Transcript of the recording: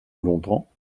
longtemps